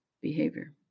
behavior